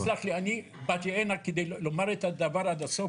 תסלח לי, אני באתי הנה כדי לומר את הדבר עד הסוף.